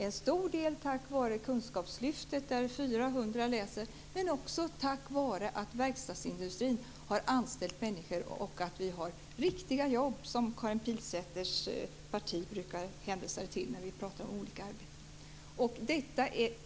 En stor del tack vare kunskapslyftet - det är 400 som läser - men också tack vare att verkstadsindustrin har anställt människor. Vi har riktiga jobb, som Karin Pilsäters parti brukar hänvisa till när vi pratar om olika arbeten.